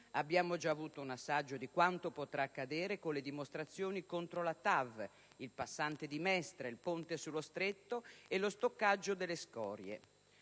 Abbiamo già avuto un assaggio di quanto potrà accadere con le dimostrazioni contro la TAV, il passante di Mestre, il ponte sullo Stretto e lo stoccaggio delle scorie.